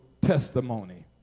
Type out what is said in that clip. testimony